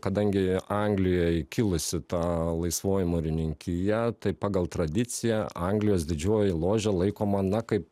kadangi anglijoj kilusi ta laisvoji mūrininkija tai pagal tradiciją anglijos didžioji ložė laikoma na kaip